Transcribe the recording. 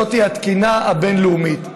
התקינה הבין-לאומית.